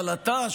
אבל אתה,